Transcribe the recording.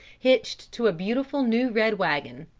hitched to a beautiful new red wagon.